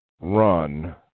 run